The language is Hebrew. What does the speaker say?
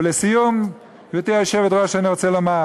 ולסיום, גברתי היושבת-ראש, אני רוצה לומר